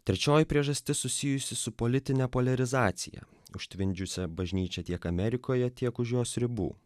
trečioji priežastis susijusi su politine poliarizacija užtvindžiusią bažnyčią tiek amerikoje tiek už jos ribų